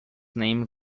named